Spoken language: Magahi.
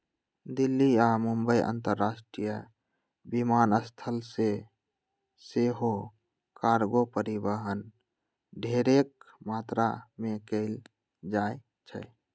दिल्ली आऽ मुंबई अंतरराष्ट्रीय विमानस्थल से सेहो कार्गो परिवहन ढेरेक मात्रा में कएल जाइ छइ